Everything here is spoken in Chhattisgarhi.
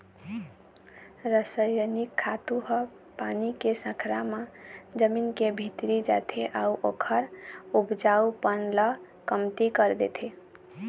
रसइनिक खातू ह पानी के संघरा म जमीन के भीतरी जाथे अउ ओखर उपजऊपन ल कमती कर देथे